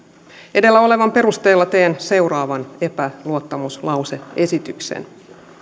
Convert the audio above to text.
edellä olevan perusteella teen seuraavan epäluottamuslause esityksen